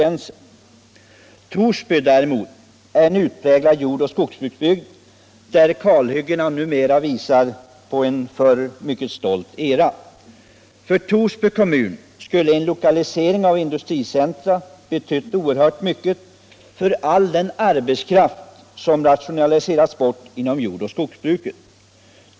Torsby däremot är en utpräglad jordoch skogsbruksbygd, där kalhyggena numera bara visar på en förr mycket stolt era. För Torsby skulle en lokalisering av ett industricentrum betyda oerhört mycket för all den arbetskraft som har rationaliserats bort inom jordoch skogsbruket.